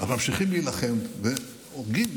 אבל ממשיכים להילחם והורגים,